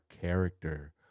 character